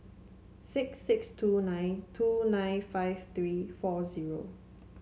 six six two nine two nine five three four zero